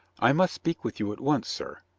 i must speak with you at once, sir.